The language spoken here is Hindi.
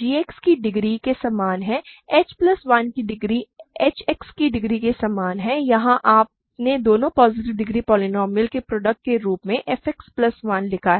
g X की डिग्री के समान है h प्लस 1 की डिग्री h एक्स की डिग्री है और यहां आपने दो पॉजिटिव डिग्री पोलीनोमियल्स के प्रोडक्ट के रूप में f X प्लस 1 लिखा है